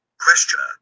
Questioner